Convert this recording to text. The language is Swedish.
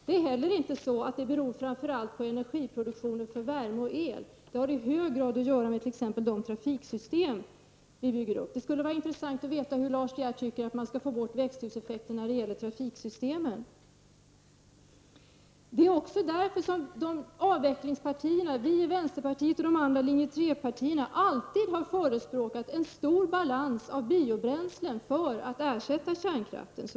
Växthuseffekten beror inte heller framför allt på energiproduktionen för värme och el. Den har i hög grad att göra med t.ex. de trafiksystem som vi bygger upp. Det skulle vara intressant att få veta på vilket sätt Lars De Geer anser att man skall få bort växthuseffekten när det gäller trafiksystemen. Det är också därför som avvecklingspartierna, vi i vänsterpartiet och de andra linje 3-partierna, alltid har förespråkat en stor balans i fråga om biobränslen för att ersätta kärnkraften.